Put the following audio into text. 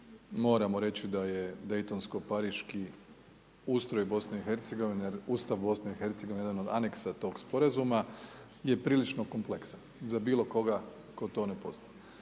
Moramo reći da je Daytonsko-pariški ustroj BiH-a, Ustav BiH-a jedan od aneksa tog sporazuma je prilično kompleksan za bilo koga tko to ne poznaje.